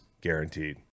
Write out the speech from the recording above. guaranteed